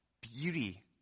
beauty